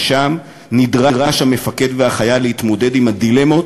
ושם נדרשים המפקדים והחייל להתמודד עם הדילמות